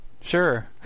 Sure